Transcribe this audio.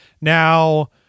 Now